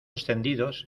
extendidos